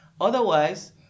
Otherwise